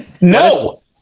No